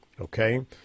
okay